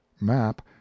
map